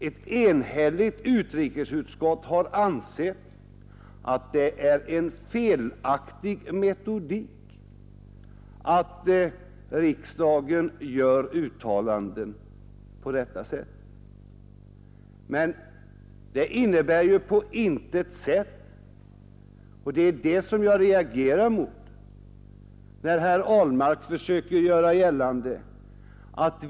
Ett enhälligt utrikesutskott har ansett att det är en felaktig metodik att riksdagen gör uttalanden på detta sätt. Men det innebär på intet sätt att vi inte känner avsky inför diskriminering och förtryck av judiska minoriteter, var dessa än förekommer.